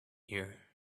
here